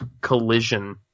collision